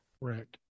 Right